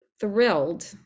thrilled